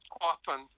often